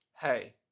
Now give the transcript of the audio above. hey